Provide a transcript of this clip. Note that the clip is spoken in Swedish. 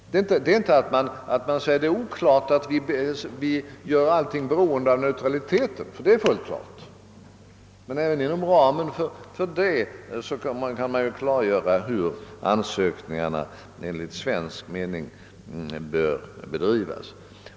Man säger inte att det är oklart att vi gör allting beroende av neutraliteten, ty det är fullt klart. Men även inom ramen för neutralitetskravet kan man ju «klargöra, hur ansökningarna enligt svensk mening bör uppfattas.